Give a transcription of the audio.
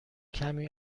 کمی